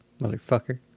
motherfucker